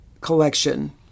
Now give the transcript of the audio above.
collection